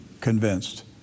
convinced